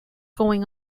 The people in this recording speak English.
going